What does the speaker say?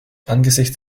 angesichts